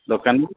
ଦୋକାନକୁ